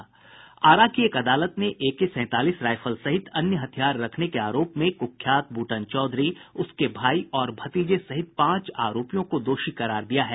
आरा की एक अदालत ने एके सैंतालीस राइफल सहित अन्य हथियार रखने के आरोप में कुख्यात ब्रूटन चौधरी उसके भाई और भतीजे सहित पांच आरोपियों को दोषी करार दिया है